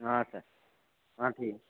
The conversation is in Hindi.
हाँ सर हाँ ठीक